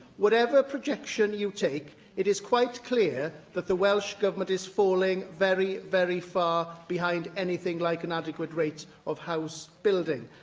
whatever projection you take, it is quite clear that the welsh government is falling very, very far behind anything like an adequate rate of house building.